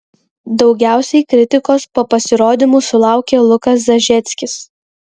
daugiausiai kritikos po pasirodymų sulaukė lukas zažeckis